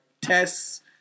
tests